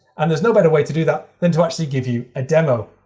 and there's no better way to do that than to actually give you a demo.